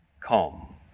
calm